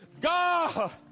God